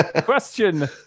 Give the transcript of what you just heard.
Question